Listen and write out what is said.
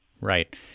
Right